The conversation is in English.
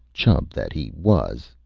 chump that he was,